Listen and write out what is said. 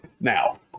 Now